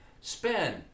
Spend